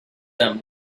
them